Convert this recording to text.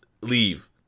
leave